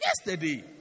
Yesterday